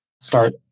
start